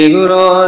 Guru